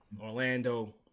Orlando